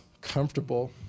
comfortable